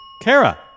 Kara